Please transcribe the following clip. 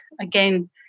again